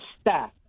staff